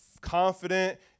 confident